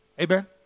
Amen